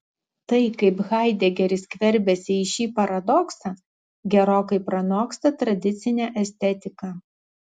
tai kaip haidegeris skverbiasi į šį paradoksą gerokai pranoksta tradicinę estetiką